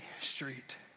street